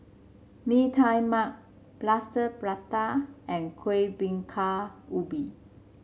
Mee Tai Mak Plaster Prata and Kueh Bingka Ubi